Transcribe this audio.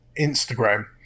instagram